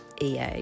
EA